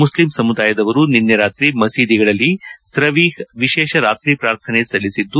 Muslim ಸಮುದಾಯದವರು ನಿನ್ನೆ ರಾತ್ರಿ ಮಸೀದಿಗಳಲ್ಲಿ ತ್ರವೀಷ್ ವಿಶೇಷ ರಾತ್ರಿ ಪ್ರಾರ್ಥನೆ ಸಲ್ಲಿಸಿದ್ದು